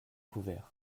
couvert